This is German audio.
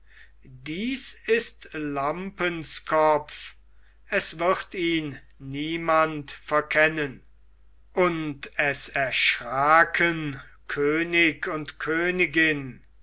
dies ist lampens kopf es wird ihn niemand verkennen und es erschraken könig und königin